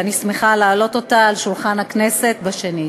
ושמחתי להעלות אותה לסדר-היום בשנית.